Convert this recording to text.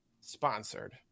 sponsored